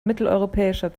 mitteleuropäischer